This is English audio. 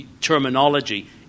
terminology